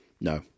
No